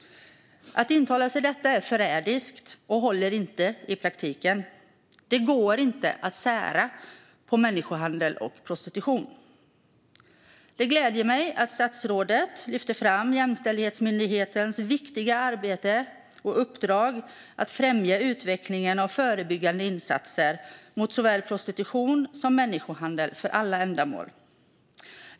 Den tanken är förrädisk och håller inte i praktiken. Det går inte att sära på människohandel och prostitution. Det gläder mig att statsrådet lyfter fram Jämställdhetsmyndighetens viktiga arbete och uppdrag att främja utvecklingen av förebyggande insatser mot såväl prostitution som människohandel för alla ändamål.